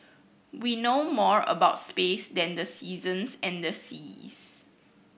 we know more about space than the seasons and the seas